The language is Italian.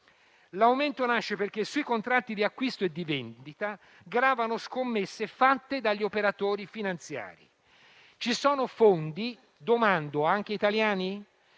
l'aumento nasce perché sui contratti di acquisto e di vendita gravano scommesse fatte dagli operatori finanziari. Ci sono fondi - domando, anche italiani?